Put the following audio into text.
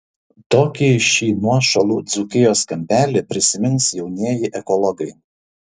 tokį šį nuošalų dzūkijos kampelį prisimins jaunieji ekologai